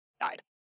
died